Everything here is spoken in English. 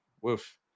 woof